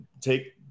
take